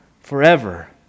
forever